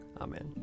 Amen